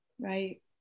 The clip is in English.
Right